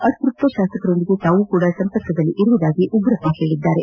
ಅತ್ಯಪ್ತ ಶಾಸಕರೊಂದಿಗೆ ತಾವು ಕೂಡ ಸಂಪರ್ಕದಲ್ಲಿರುವುದಾಗಿ ಉಗ್ರಪ್ಪ ತಿಳಿಸಿದರು